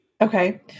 Okay